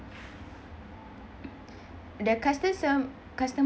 the custo~ sem~ the customer